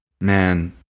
Man